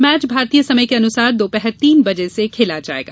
match भारतीय समय के अनुसार दोपहर तीन बजे से खेला जाएगा